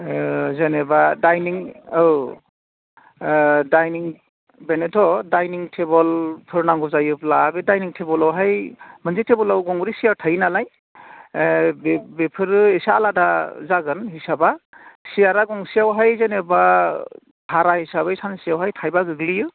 जेनेबा डाइनिं औ बेनोथ' डाइनिं टेबोलफोर नांगौ जायोब्ला बे डाइनिं टेबोलावहाय मोनसे टेबोलाव गंब्रै सेयार थायोनालाय बेफोरो एसे आलादा जागोन हिसाबा सियारा गंसेयावहाय जेनेबा भारा हिसाबै सानसेयाव थाइबा गोग्लैयो